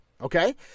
Okay